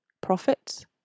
Profits